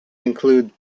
include